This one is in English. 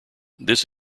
this